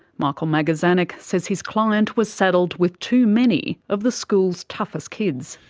michael magazanik says his client was saddled with too many of the school's toughest kids.